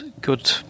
good